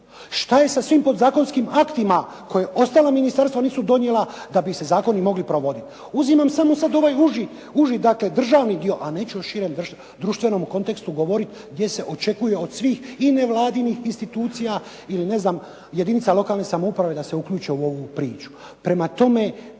Što je sa svim podzakonskim aktima koje ostala ministarstva nisu donijela da bi se zakoni mogli provoditi. Uzimam samo sad ovaj uži, dakle državni dio, a neću o širem društvenom kontekstu govoriti gdje se očekuje od svih i nevladinih institucija ili ne znam, jedinica lokalne samouprave da se uključe u ovu priču.